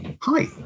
Hi